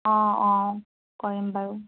অঁ অঁ কৰিম বাৰু